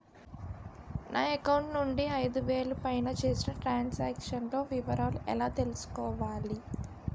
నా అకౌంట్ నుండి ఐదు వేలు పైన చేసిన త్రం సాంక్షన్ లో వివరాలు ఎలా తెలుసుకోవాలి?